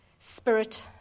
spirit